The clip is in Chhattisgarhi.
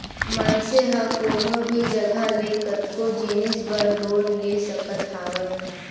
मनसे ह कोनो भी जघा ले कतको जिनिस बर लोन ले सकत हावय